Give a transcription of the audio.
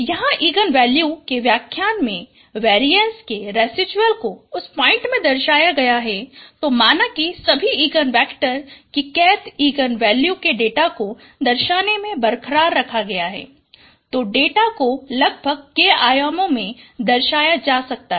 यहाँ eigenvalue के व्याख्यान में वेरिएंस के रेसिड्यूल्स को उस पॉइंट में दर्शाया गया है तो माना कि सभी इगन वेक्टर की kth इगन वैल्यू के डेटा को दर्शाने में बरक़रार रखा गया है तो डेटा को लगभग k आयामों में दर्शाया जा सकता है